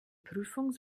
prüfung